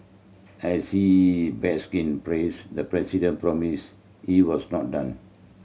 as he bask in praise the president promise he was not done